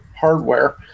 hardware